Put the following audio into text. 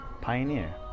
Pioneer